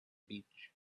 beach